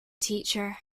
teacher